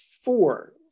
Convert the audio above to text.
four